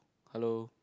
hello